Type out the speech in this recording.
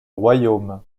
royaume